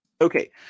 Okay